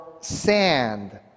sand